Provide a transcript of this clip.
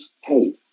hey